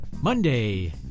Monday